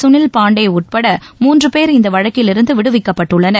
சுனில் பாண்டே உட்பட மூன்று பேர் இந்த வழக்கிலிருந்து விடுவிக்கப்பட்டுள்ளனர்